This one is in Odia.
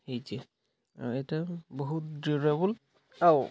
ହେଇଛି ଏଇଟା ବହୁତ ଡ୍ୟୁରେବଲ୍ ଆଉ